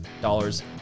dollars